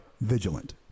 Vigilant